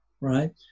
right